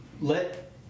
let